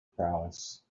prowess